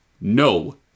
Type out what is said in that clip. No